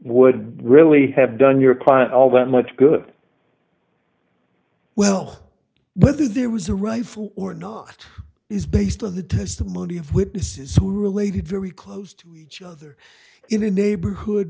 would really have done your client all that much good well whether there was a rifle or not is based on the testimony of witnesses who related very close to each other in a neighborhood